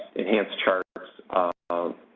enhanced charts